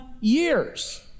years